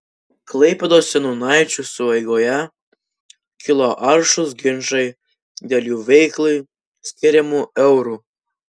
klaipėdos seniūnaičių sueigoje kilo aršūs ginčai dėl jų veiklai skiriamų eurų